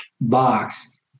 box